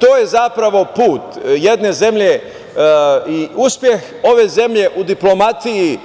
To je zapravo put jedne zemlje i uspeh ove zemlje u diplomatiji